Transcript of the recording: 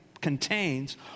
contains